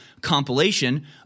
compilation